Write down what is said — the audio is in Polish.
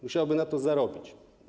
Musiałoby na to zarobić.